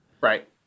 right